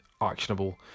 actionable